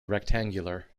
rectangular